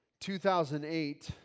2008